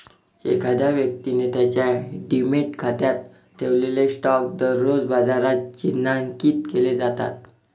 एखाद्या व्यक्तीने त्याच्या डिमॅट खात्यात ठेवलेले स्टॉक दररोज बाजारात चिन्हांकित केले जातात